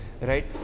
right